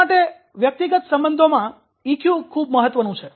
શા માટે વ્યક્તિગત સંબંધોમાં ઈકયુ ખૂબ મહત્વનું છે